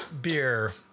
beer